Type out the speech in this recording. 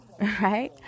right